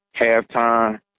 Halftime